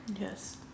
Yes